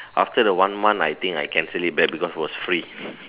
after the one month I think I cancel it back because it was free